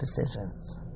decisions